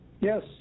Yes